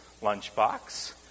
lunchbox